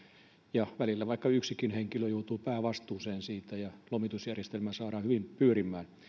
ja välillä vaikka yksikin henkilö joutuu päävastuuseen siitä se että lomitusjärjestelmä saadaan hyvin pyörimään